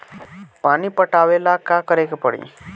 पानी पटावेला का करे के परी?